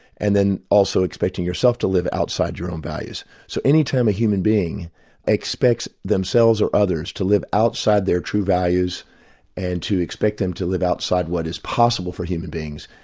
and then also expecting yourself to live outside your own values. so any time a human being expects themselves or others to live outside their true values and to expect them to live outside what is possible for human beings,